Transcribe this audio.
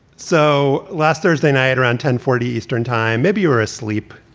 so last thursday night at around ten forty eastern time, maybe you were asleep,